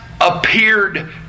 appeared